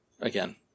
again